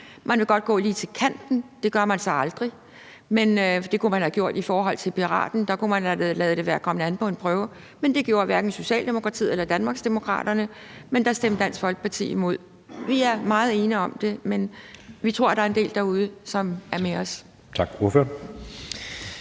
Man vil godt gå lige til kanten. Det gør man så aldrig. Det kunne man jo have gjort i forhold til piraten; der kunne man have ladet det komme an på en prøve, men det gjorde hverken Socialdemokratiet eller Danmarksdemokraterne. Der stemte Dansk Folkeparti imod. Vi er meget ene om det, men vi tror, at der er en del derude, som er med os. Kl. 13:05 Anden